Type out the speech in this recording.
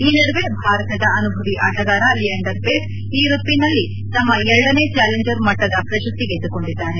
ಈ ನಡುವೆ ಭಾರತದ ಅನುಭವಿ ಆಟಗಾರ ಲಿಯಾಂಡರ್ ಪೇಸ್ ಈ ಋತುವಿನಲ್ಲಿ ತಮ್ಮ ಎರಡನೇ ಚಾಲೆಂಜರ್ ಮಟ್ಟದ ಪ್ರಶಸ್ತಿ ಗೆದ್ದುಕೊಂಡಿದ್ದಾರೆ